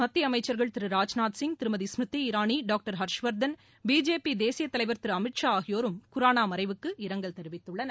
மத்திய அமைச்ச்கள் திரு ராஜ்நாத் சிங் திருமதி ஸ்மிருதி இரானி டாக்டர் ஹர்ஷ்வர்த்தன்பிஜேபி தேசியத் தலைவர் திரு அமித் ஷா ஆகியோரும் குரானா மறைவுக்கு இரங்கல் தெரிவித்துள்ளனர்